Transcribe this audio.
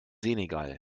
senegal